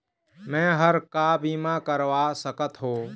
मैं हर का बीमा करवा सकत हो?